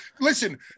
listen